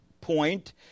point